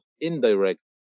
indirect